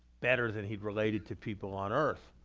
better than he'd related to people on earth.